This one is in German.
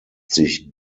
sich